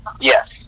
Yes